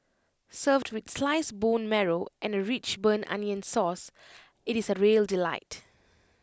served with sliced bone marrow and A rich burnt onion sauce IT is A real delight